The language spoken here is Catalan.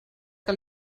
que